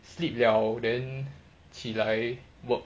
sleep liao then 起来 work